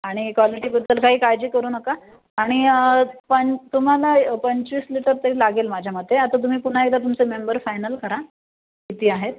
आणि क्वालिटीबद्दल काही काळजी करू नका आणि पं तुम्हाला ए पंचवीस लिटर तरी लागेल माझ्या मते आता तुम्ही पुन्हा एकदा तुमचे मेंबर फायनल करा किती आहेत